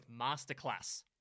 Masterclass